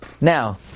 Now